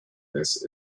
this